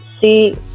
see